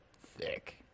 thick